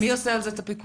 מי עושה על זה את הפיקוח?